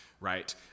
right